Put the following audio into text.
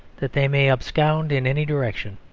that they may abscond in any direction.